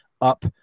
up